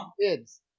Kids